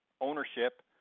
ownership